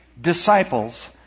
disciples